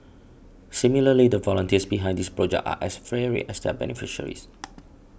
similarly the volunteers behind this project are as varied as their beneficiaries